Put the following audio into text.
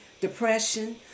depression